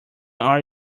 are